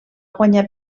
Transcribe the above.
guanyar